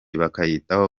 bakayitaho